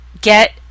get